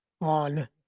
on